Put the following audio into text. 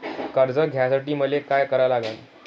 कर्ज घ्यासाठी मले का करा लागन?